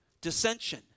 Dissension